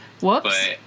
whoops